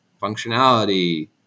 Functionality